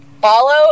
Follow